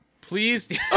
Please